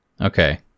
Okay